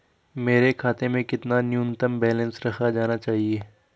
मेरे खाते में कितना न्यूनतम बैलेंस रखा जाना चाहिए?